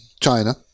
China